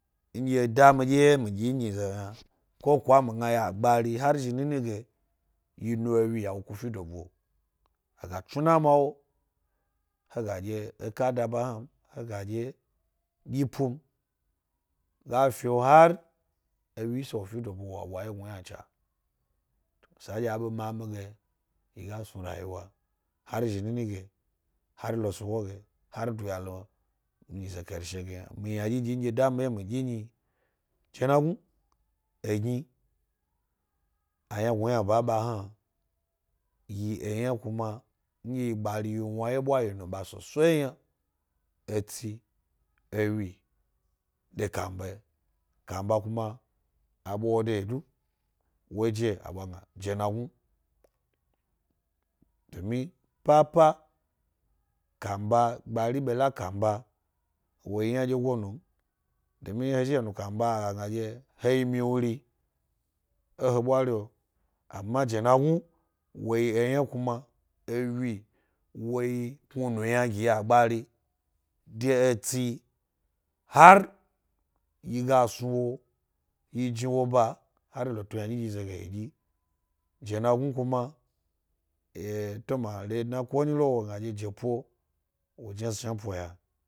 Nɗye da mi dye wye mi ɗyi nyize yna, ko kwa mi gna ya gbari har zhi nini ge yi nu ewyi ya wo ku fi doɓuo a tsnuna ma wo; he ga ɗye eka da ba yna m, he ga ɗye ɗyi eka da ba yna m, lega dye dyi pu m, ga feo har ewyi ina snu wofi dobu’o wa bwa eye ynacha. Sandye a be mami ge mi ga snu rayiwa hari zhi mini ge hari lo sugo ge, hari duya lo nyize karshe ge yna ynadyi nɗye da mi wye mi dyi nyi jenagnu, egni kuma ndye gbari yi wna wyebwa yi nu ba sosai yna, etsi ewyi, de kamaba yi kamba kuma a bwa wo de yi du wo je a bwa gna jenagenur. Domi papa, kamba gbari be la kamaba wo yi ynadye num. domi he he zhi he nu kamba a ga gna dye he yi miwnuri e he ɓwari’o ama jenagnu wo yi eyna kuma evyi, woyi knunu yna gi ya gbari de etsi har yiga snu wo, yi iniwo ba hari e lo to ynadyi ze ge. Jenagnu kuma dye toma redna konyi lo wo gna dye jepo ina chnapo ya.